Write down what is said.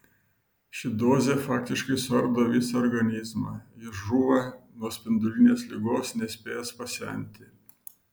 ši dozė faktiškai suardo visą organizmą jis žūva nuo spindulinės ligos nespėjęs pasenti